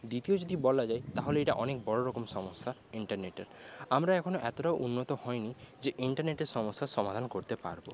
দ্বিতীয় যদি বলা যায় তাহলে এটা অনেক বড় রকম সমস্যা ইন্টারনেটের আমরা এখনও এতটাও উন্নত হয়নি যে ইন্টারনেটের সমস্যার সমাধান করতে পারবো